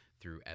throughout